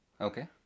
Okay